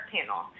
panel